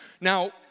Now